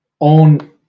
own